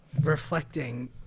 reflecting